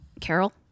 Carol